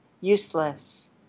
useless